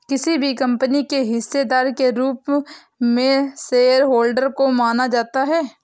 किसी भी कम्पनी के हिस्सेदार के रूप में शेयरहोल्डर को माना जाता है